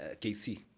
KC